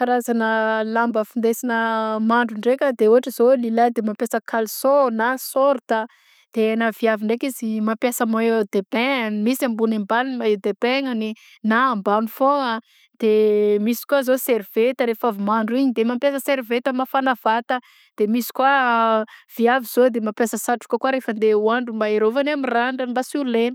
Karazana lamba findesina mandro ndraika de ôhatra zao lelah de mampiasa kalsôn na sôrta de na viavy ndraiky izy mampiasa maillot de bain misy ambony ambany ny maillot de bain-gny na ambany foagna de misy kôa zao servieta rehefa avy mandro igny de mampiasa servieta amafagna vata de misy kôa viavy zao de mampiasa satroka kôa rehefa andeha hoandro mba iarôvagny amin'ny randragna mba sy ho legna.